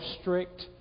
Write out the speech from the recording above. strict